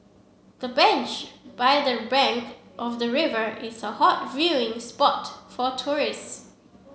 the bench by the bank of the river is a hot viewing spot for tourists